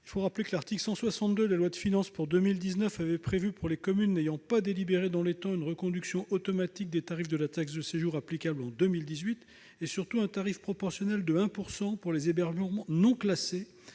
Arnaud Bazin. L'article 162 de la loi de finances pour 2019 avait prévu, pour les communes n'ayant pas délibéré dans les temps, une reconduction automatique des tarifs de la taxe de séjour applicables en 2018 et, surtout, un tarif proportionnel de 1 % pour les hébergements non classés